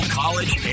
college